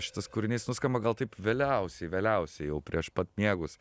šitas kūrinys nuskamba gal taip vėliausiai vėliausiai jau prieš pat miegus